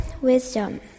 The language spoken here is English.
wisdom